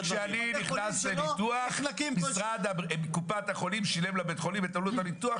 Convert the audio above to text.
האם כשאני נכנס לניתוח קופת החולים שילמה לבית החולים את עלות הניתוח,